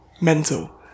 mental